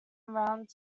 around